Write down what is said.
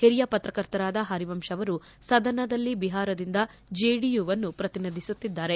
ಹಿರಿಯ ಪತ್ರಕರ್ತರಾದ ಹರಿವಂಶ್ ಅವರು ಸದನದಲ್ಲಿ ಬಿಹಾರದಿಂದ ಜೆಡಿಯುವನ್ನು ಪ್ರತಿನಿಧಿಸುತ್ತಿದ್ದಾರೆ